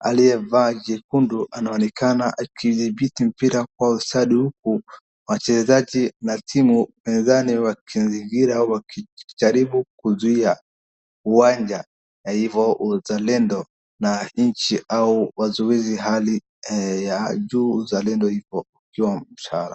alivagi kundu anawanikana kizibiti mpira kwa usadu huku mchezaji na timu enzani wa kinzigira wa kicharibu kuzuia uanja, kwa hivyo uzalendo na hinchi au wazuwizi hali ya ju uzalendo hivyo kwa mchara.